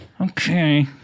Okay